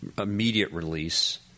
immediate-release